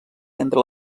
entre